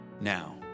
Now